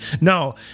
no